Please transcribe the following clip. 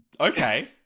okay